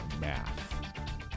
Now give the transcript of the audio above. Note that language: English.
math